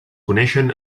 coneixen